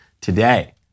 today